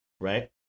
right